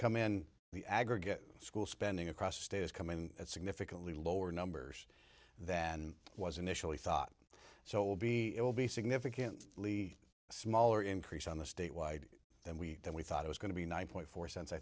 come in the aggregate school spending across state is coming in at significantly lower numbers than was initially thought so it will be it will be significantly smaller increase on the state wide than we than we thought it was going to be nine point four cents i